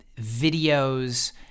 videos